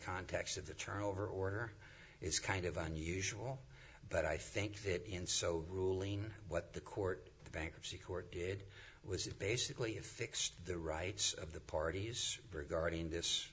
context of the turnover order it's kind of unusual but i think that in so ruling what the court the bankruptcy court did was basically a fixed the rights of the parties regarding this